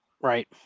Right